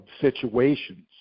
situations